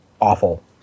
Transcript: awful